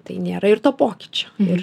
tai nėra ir to pokyčio ir